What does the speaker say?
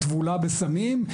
שטבולה בסמים,